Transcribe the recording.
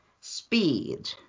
Speed